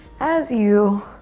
as you